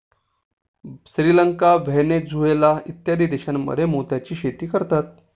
Sri Lanka, Venezuela इत्यादी देशांमध्येही मोत्याची शेती करतात